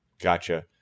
Gotcha